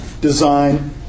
design